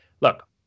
Look